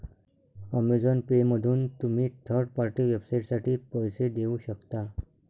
Amazon पेमधून तुम्ही third party वेबसाइटसाठी पैसे देऊ शकता